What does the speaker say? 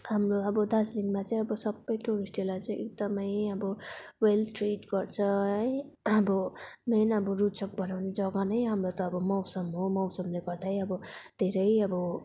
हाम्रो अब दार्जिलिङमा चाहिँ अब सबै टुरिस्टहरूलाई चाहिँ एकदमै अब वेल ट्रिट गर्छ है अब मेन अब रोचक बनाउने जग्गा नै हाम्रो त अब मौसम हो मौसमले गर्दै अब धेरै अब